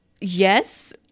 yes